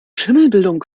schimmelbildung